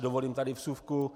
Dovolím si tady vsuvku.